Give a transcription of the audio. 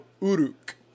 Uruk